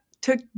took